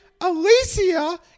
Alicia